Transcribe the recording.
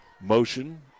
Motion